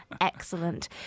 Excellent